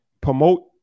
promote